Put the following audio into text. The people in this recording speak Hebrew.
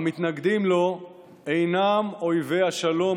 המתנגדים לו אינם אויבי השלום,